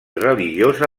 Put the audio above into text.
religiosa